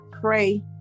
pray